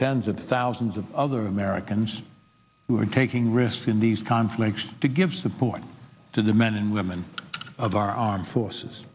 tens of thousands of other americans who are taking risks in these conflicts to give support to the men and women of our armed forces